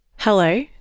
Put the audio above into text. Hello